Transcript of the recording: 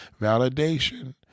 Validation